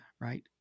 right